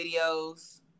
videos